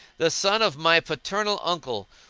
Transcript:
the son of my paternal uncle,